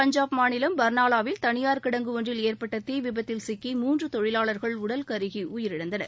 பஞ்சாப் மாநிலம் பர்னாலாவில் தனியார் கிடங்கு ஒன்றில் ஏற்பட்ட தீ விபத்தில் சிக்கி மூன்று தொழிலாளர்கள் உடல் கருகி உயிரிழந்தனர்